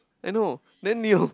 I know then you